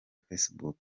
facebook